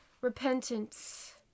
repentance